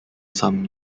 some